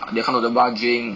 they will come to the bar drink